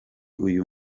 uyu